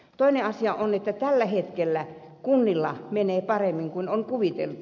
toinen asia on että tällä hetkellä kunnilla menee paremmin kuin on kuviteltu